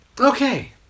Okay